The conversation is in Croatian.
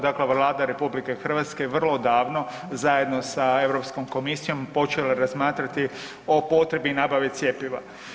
Dakle Vlada RH vrlo davno zajedno sa Europskom komisijom je počela razmatrati o potrebi i nabavi cjepiva.